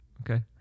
okay